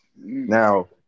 Now